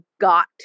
got